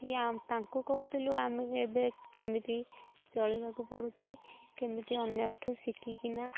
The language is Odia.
କି ତାଙ୍କୁ କହୁଥିଲୁ ଆମେ ଏବେ କେମିତି ଚଳିବାକୁ ପଡ଼ୁଛି କେମିତି ଅନ୍ୟଠୁ ଶିଖିକିନା